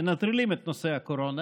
מנטרלים את נושא הקורונה,